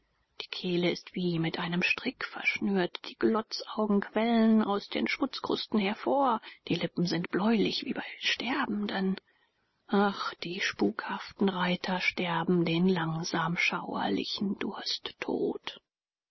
die kehle ist wie mit einem strick verschnürt die glotzaugen quellen aus den schmutzkrusten hervor die lippen sind bläulich wie bei sterbenden ach die spukhaften reiter sterben den langsam schauerlichen dursttod